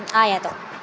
आयातु